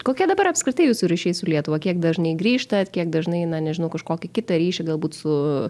kokie dabar apskritai jūsų ryšiai su lietuva kiek dažnai grįžtat kiek dažnai na nežinau kažkokį kitą ryšį galbūt su